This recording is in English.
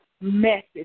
message